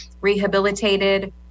rehabilitated